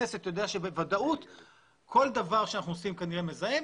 כל דבר שאנחנו עושים הוא כנראה מזהם.